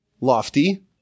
lofty